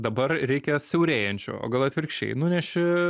dabar reikia siaurėjančių o gal atvirkščiai nuneši